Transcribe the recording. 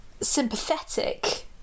sympathetic